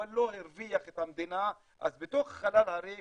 אבל לא הרוויח את המדינה, אז בתוך החלל הריק